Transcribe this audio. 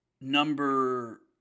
Number